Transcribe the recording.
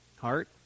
heart